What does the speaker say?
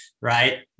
right